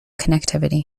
connectivity